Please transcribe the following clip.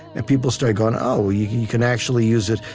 and people started going, oh, you you can actually use it.